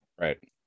right